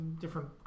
different